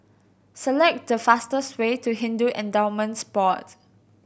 select the fastest way to Hindu Endowments Board